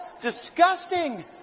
disgusting